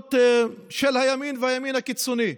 עמדות של הימין והימין הקיצוני.